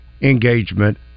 engagement